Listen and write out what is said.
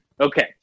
okay